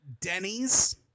Denny's